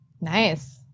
Nice